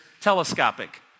telescopic